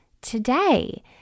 Today